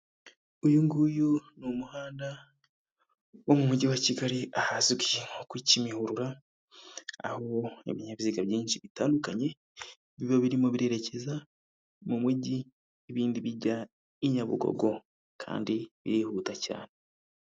Uyu nguyu ni umuhanda wo mu mujyi wa Kigali, ahazwi nko ku Kimihurura, aho ibinyabiziga byinshi bitandukanye biba birimo birerekeza mu mujyi, ibindi bijya i Nyabugogo kandi birihuta cyane.